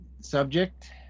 Subject